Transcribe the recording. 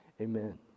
amen